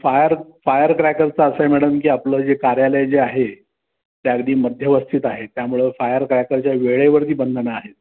fire fire क्रॅकरचं असं आहे मॅडम की आपलं जे कार्यालय जे आहे ते अगदी मध्यवस्थित आहे त्यामुळं फायर क्रॅकरच्या वेळेवरती बंधनं आहेत